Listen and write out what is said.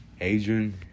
Adrian